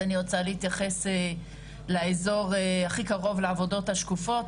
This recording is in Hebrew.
אז אני רוצה להתייחס לאזור הכי קרוב לעבודות השקופות,